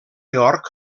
york